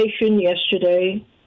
yesterday